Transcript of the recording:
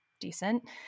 decent